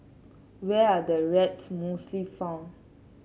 where are the rats mostly found